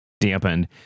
dampened